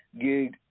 gig